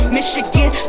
Michigan